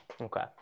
Okay